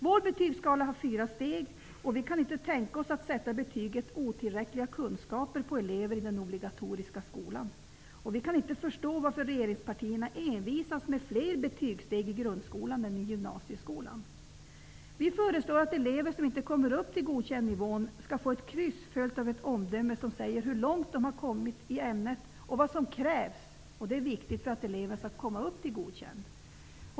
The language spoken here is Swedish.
Vår betygsskala har fyra steg, och vi kan inte tänka oss att sätta betyget otillräckliga kunskaper på elever i den obligatoriska skolan. Vi kan inte förstå varför regeringspartierna envisas med fler betygssteg i grundskolan än gymnasieskolan. Vi föreslår att elever som inte kommer upp till nivån godkänd skall få ett kryss följt av ett omdöme som säger hur långt eleven kommit i ämnet och vad som krävs -- det är viktigt -- för att eleven skall bli godkänd.